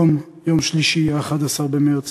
היום, יום שלישי, 11 במרס,